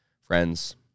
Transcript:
friends